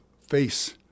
face